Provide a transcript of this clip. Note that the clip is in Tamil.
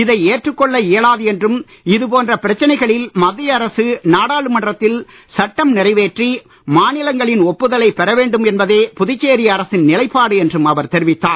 இதை ஏற்றுக்கொள்ள இயலாது என்றும் இதுபோன்ற பிரச்சனைகளில் மத்திய அரசு நாடாளுமன்றத்தில் சட்டம் நிறைவேற்றி மாநிலங்களின் ஒப்புதலைப் பெறவேண்டும் என்பதே புதுச்சேரி அரசின் நிலைப்பாடு என்றும் அவர் தெரிவித்தார்